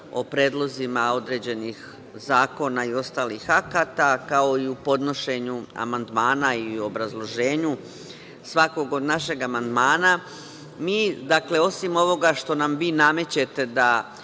o predlozima određenih zakona i ostalih akata, kao i u podnošenju amandmana i obrazloženju svakog od našeg amandmana, mi osim ovoga što nam vi namećete o